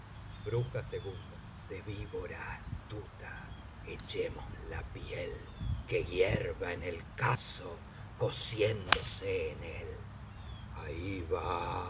el caldero de víbora astuta echemos la piel que hierva en el cazo cociéndose en él ahí va